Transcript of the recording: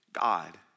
God